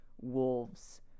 wolves